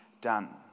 done